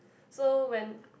so when